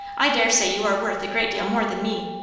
i dare say you are worth a great deal more than me.